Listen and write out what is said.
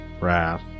wrath